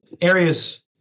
areas